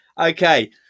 Okay